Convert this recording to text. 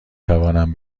توانم